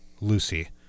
Lucy